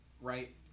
Right